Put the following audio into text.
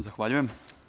Zahvaljujem.